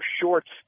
shorts